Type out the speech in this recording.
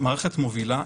מערכת מובילה.